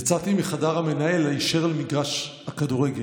יצאתי מחדר המנהל היישר למגרש הכדורגל.